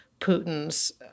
Putin's